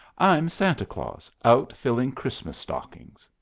i'm santa claus out filling christmas stockings.